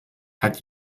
hat